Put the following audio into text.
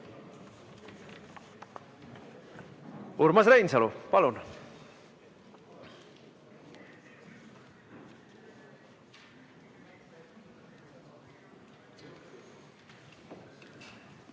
Urmas Reinsalu, palun!